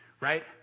right